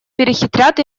перехитрят